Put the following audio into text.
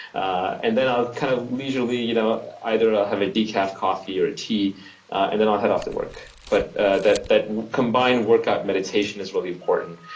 and then i'll kind of leisurely you know either ah have a decaf coffee or tea and then i'll head of to work. but ah that that combined workout and meditation is really important,